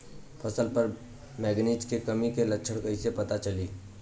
फसल पर मैगनीज के कमी के लक्षण कइसे पता चली?